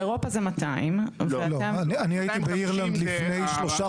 באירופה זה 200. אני הייתי באירלנד לפני שלושה